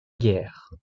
guerre